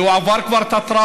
והוא כבר עבר את הטראומה.